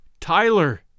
Tyler